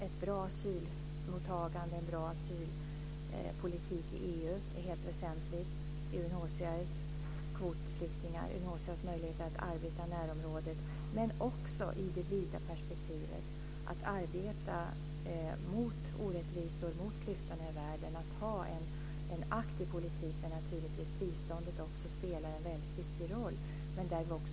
Ett bra asylmottagande och en bra asylpolitik i EU är helt väsentligt, liksom UNHCR:s kvotflyktingar och UNHCR:s möjligheter att arbeta i närområdet - men också, i det vida perspektivet, att arbeta mot orättvisor, mot klyftorna i världen, att ha en aktiv politik där naturligtvis biståndet också spelar en väldigt viktig roll.